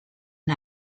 and